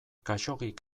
khaxoggik